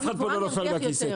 אף אחד לא נופל מהכיסא,